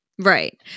Right